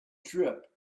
drip